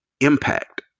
impact